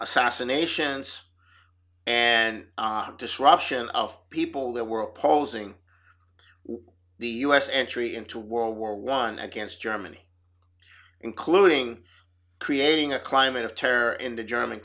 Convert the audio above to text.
assassinations and disruption of people the world posing the us entry into world war one against germany including creating a climate of terror in the german